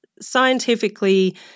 scientifically